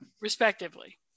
Respectively